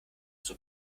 zum